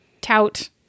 tout